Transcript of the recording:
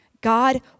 God